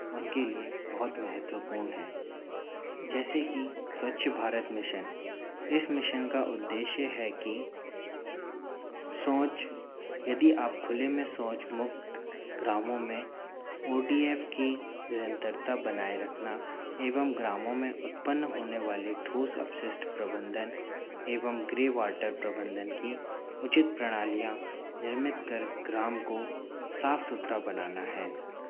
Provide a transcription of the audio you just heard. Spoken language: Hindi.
उनके लिए बहुत महत्वपूर्ण है जैसे कि स्वच्छ भारत मिशन इस मिशन का उद्देश्य है कि शौच यदि आप खुले में शौचमुक्त ग्रामों में ओ डी एफ़ की निरंतरता बनाए रखना एवं ग्रामों में उत्पन्न होने वाले ठोस अपशिष्ट प्रबंधन एवं ग्रे वाटर प्रबंधन की उचित प्रणालियाँ निर्मित कर ग्राम को साफ़ सुथरा बनाना है